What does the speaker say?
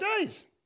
days